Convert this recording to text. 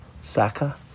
Saka